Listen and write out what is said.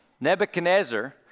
Nebuchadnezzar